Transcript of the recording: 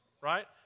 right